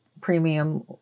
premium